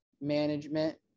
management